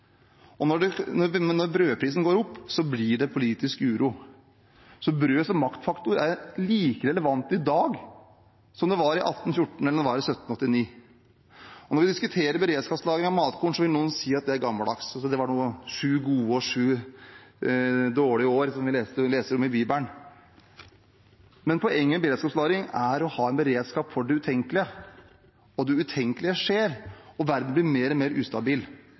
Når brødprisen går opp, blir det politisk uro. Så brød som maktfaktor er like relevant i dag som det var i 1814 eller i 1789. Når vi diskuterer beredskapslagring av matkorn, vil noen si at det er gammeldags – som de sju gode år og sju dårlige år som vi leser om i Bibelen. Men poenget med beredskapslagring er å ha en beredskap for det utenkelige. Og det utenkelige skjer – verden blir mer og mer ustabil.